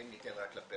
האם ניתן רק לפריפריה,